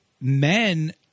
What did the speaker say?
men